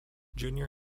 junior